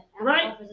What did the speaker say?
right